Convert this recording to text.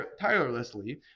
tirelessly